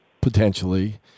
potentially –